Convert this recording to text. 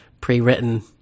pre-written